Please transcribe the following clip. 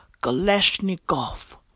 Kalashnikov